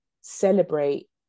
celebrate